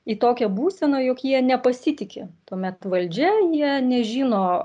į tokią būseną jog jie nepasitiki tuomet valdžia jie nežino